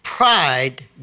Pride